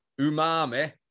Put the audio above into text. umami